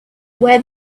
where